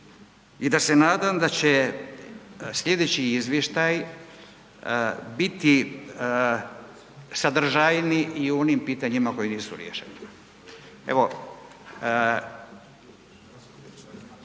i da se nadam da će sljedeći izvještaj biti sadržajniji i u onim pitanjima koji nisu riješeni. Evo